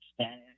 Spanish